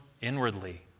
inwardly